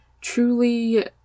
truly